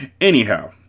Anyhow